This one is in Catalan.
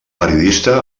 periodista